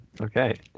Okay